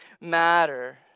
matter